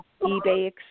eBay